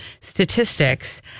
statistics